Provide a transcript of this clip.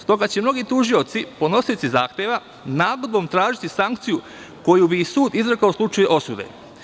Stoga će mnogi tužioci, podnosioci zahteva, nagodbom tražiti sankciju koju bi sud izrekao u slučaju osude.